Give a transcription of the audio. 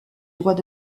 droits